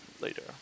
later